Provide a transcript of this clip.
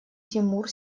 тимур